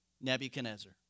Nebuchadnezzar